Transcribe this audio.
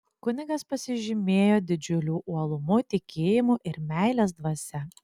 kunigas pasižymėjo didžiuliu uolumu tikėjimu ir meilės dvasia